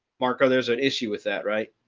marco, there's an issue with that, right?